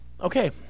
Okay